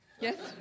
Yes